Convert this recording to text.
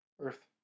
Earth